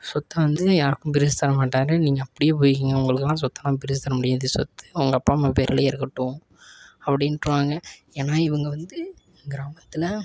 சொத்தை வந்து யாருக்கும் பிரித்து தர மாட்டார் நீங்கள் அப்படியே போயிக்கிங்க உங்களுக்கெல்லாம் சொத்தெல்லாம் பிரித்து தர முடியாது சொத்து உங்கள் அப்பா அம்மா பேரிலயே இருக்கட்டும் அப்படின்ருவாங்க ஏன்னால் இவங்க வந்து கிராமத்தில்